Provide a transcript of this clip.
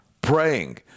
praying